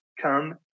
come